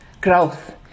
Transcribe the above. growth